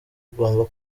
ugomba